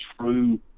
true